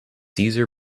caesar